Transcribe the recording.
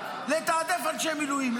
לתעדף אנשי מילואים,